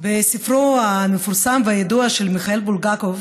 בספרו המפורסם והידוע של מיכאל בולגקוב,